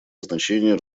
значение